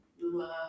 love